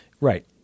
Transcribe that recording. Right